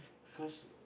cause